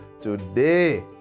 Today